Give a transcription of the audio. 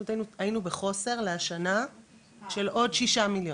זאת אומרת היינו בחוסר לשנה של עוד ששה מיליון,